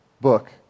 book